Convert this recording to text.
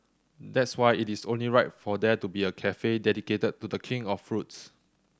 that's why it is only right for there to be a cafe dedicated to The King of fruits